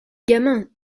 gamin